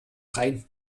rein